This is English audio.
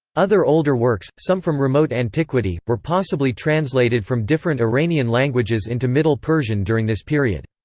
other older works, some from remote antiquity, were possibly translated from different iranian languages into middle persian during this period.